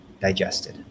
digested